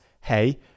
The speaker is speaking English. hey